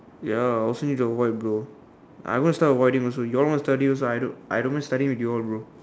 ya also need to avoid bro I'm going to start avoiding also you all want to study also I don't I don't mind studying with y'all bro